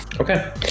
Okay